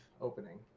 opening